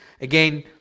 again